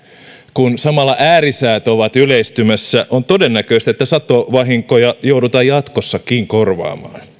kun samalla äärisäät ovat yleistymässä on todennäköistä että satovahinkoja joudutaan jatkossakin korvaamaan